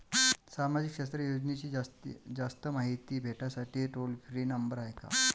सामाजिक क्षेत्र योजनेची जास्त मायती भेटासाठी टोल फ्री नंबर हाय का?